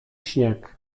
śnieg